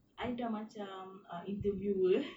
I dah macam ah interviewer